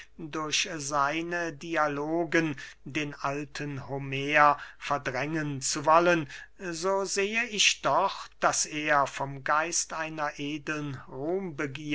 durch seine dialogen den alten homer verdrängen zu wollen so sehe ich doch daß er vom geist einer edeln